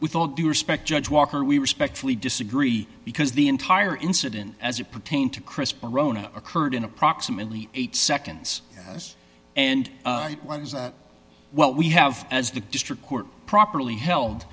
with all due respect judge walker we respectfully disagree because the entire incident as it pertained to chris perona occurred in approximately eight seconds yes and what is that what we have as the district court properly held